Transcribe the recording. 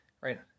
right